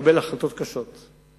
לקבל החלטות קשות,